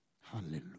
Hallelujah